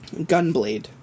Gunblade